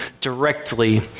directly